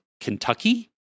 kentucky